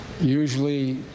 Usually